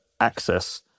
access